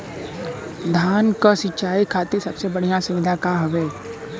धान क सिंचाई खातिर सबसे बढ़ियां सुविधा का हवे?